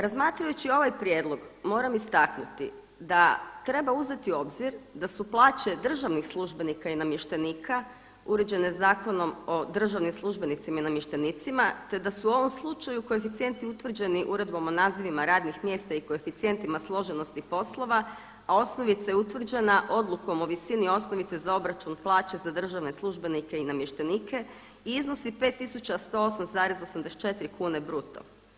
Razmatrajući ovaj prijedlog moram istaknuti da treba uzeti u obzir da su plaće državnih službenika i namještenika uređene Zakonom o državnim službenicima i namještenicima te da su u ovom slučaju koeficijenti utvrđeni Uredbom o nazivima radnih mjesta i koeficijentima složenosti poslova a osnovica je utvrđena Odlukom o visini osnovice za obračun plaće za državne službenike i namještenike i iznosi 5 tisuća 108,84 kune bruto.